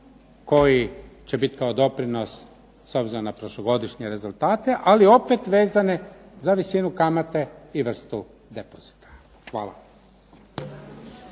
koji će biti kao doprinos s obzirom na prošlogodišnje rezultate ali opet vezane za visinu kamate i vrstu depozita. Hvala.